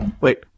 Wait